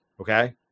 Okay